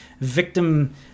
victim